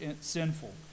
sinful